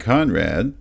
Conrad